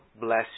bless